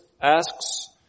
asks